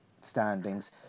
standings